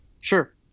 sure